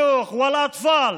אל-עאפיה.